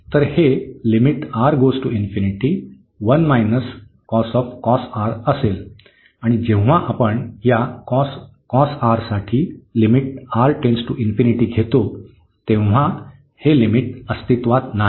तर हे असेल आणि जेव्हा आपण या साठी घेतो तेव्हा हे लिमिट अस्तित्त्वात नाही